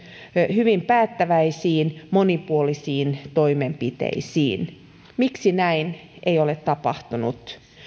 hyvin päättäväisiin monipuolisiin toimenpiteisiin miksi näin ei ole tapahtunut